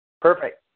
perfect